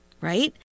right